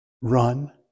run